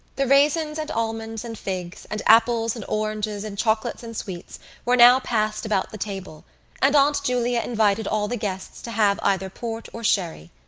the raisins and almonds and figs and apples and oranges and chocolates and sweets were now passed about the table and aunt julia invited all the guests to have either port or sherry.